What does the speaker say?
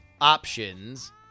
options